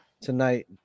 tonight